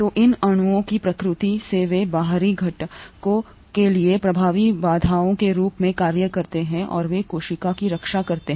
तो इन अणुओं की प्रकृति से वे बाहरी घटकों के लिए प्रभावी बाधाओं के रूप में कार्य करते हैं और वे कोशिका की रक्षा करते हैं